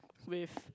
with